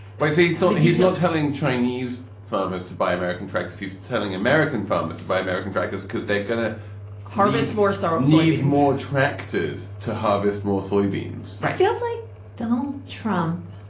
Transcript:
i see he's told he's not telling chinese farmers to buy american tractors he's telling american farmers to buy american tractors because they're going to harvest more sorrow, need more tractors to harvest more soybeans feels like donald trump,